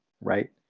right